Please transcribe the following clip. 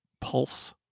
pulse